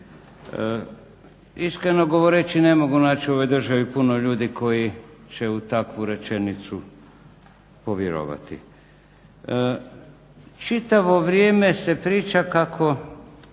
Iskreno govoreći ne mogu naći u ovoj državi puno ljudi koji će u takvu rečenicu povjerovati. Čitavo vrijeme se priča kako